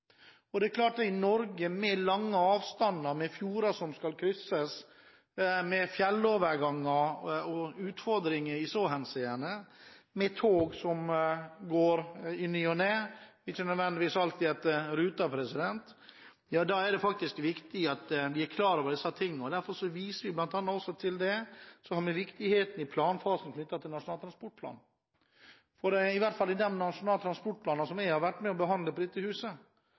sammen. Det er klart at reiselivsnæringen i Norge i stor grad også er en distriktsnæring. I Norge er det lange avstander, det er fjorder som skal krysses, det er fjelloverganger og utfordringer med det, det er tog som går i ny og ne – ikke nødvendigvis alltid etter ruten, men det er viktig at vi er klar over alt dette. Derfor viser vi til det som noe viktig i planfasen til Nasjonal transportplan, for i hvert fall i de nasjonale transportplaner jeg har vært med på å behandle i dette huset,